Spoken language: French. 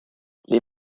les